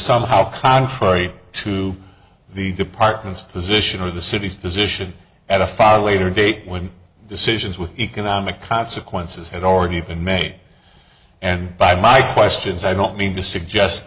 contrary to the department's position or the city's position at a fall later date when decisions with economic consequences had already been made and by my questions i don't mean to suggest